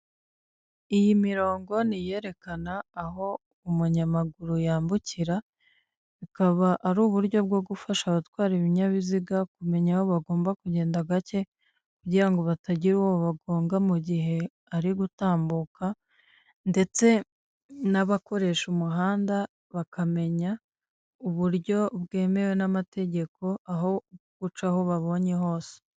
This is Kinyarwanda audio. Iyi mirongo ni iyerekana aho umunyamaguru yambukira, ikaba ari uburyo bwo gufasha abatwara ibinyabiziga kumenya aho bagomba kugenda gake, kugira ngo batagira uwo bagonga mu gihe ari gutambuka, ndetse n'abakoresha umuhanda bakamenya, uburyo bwemewe n'amategeko aho guca aho babonye hose.